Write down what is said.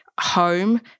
home